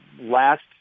last